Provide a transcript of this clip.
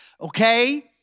okay